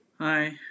Hi